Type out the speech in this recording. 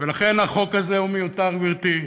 ולכן, החוק הזה הוא מיותר, גברתי,